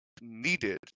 needed